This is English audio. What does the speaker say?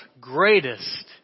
greatest